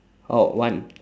oh one